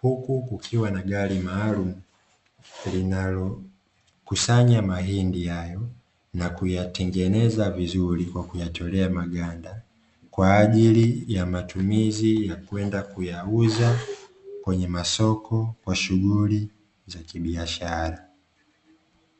huku kukiwa na gari maalumu linalokusanya mahindi hayo na kuyatengeneza vizuri kwa kuyatolea maganda, kwa ajili ya matumizi ya kwenda kuyauza kwenye masoko kwa shughuli za kibiashara.